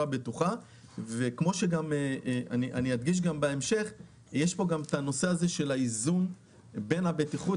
כמו שאדגיש גם בהמשך יש פה הנושא של האיזון בין הבטיחות